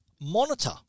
monitor